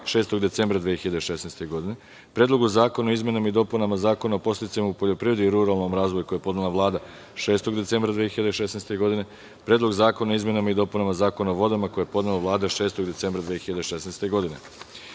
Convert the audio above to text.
6. decembra 2016. godine, Predlogu zakona o izmenama i dopunama Zakona o podsticajima u poljoprivredi i ruralnom razvoju, koji je podnela Vlada 6. decembra 2016. godine, Predlogu zakona o izmenama i dopunama Zakona o vodama, koji je podnela Vlada 6. decembra 2016. godine;-